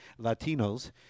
Latinos